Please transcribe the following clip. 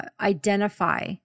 identify